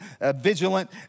vigilant